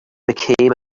became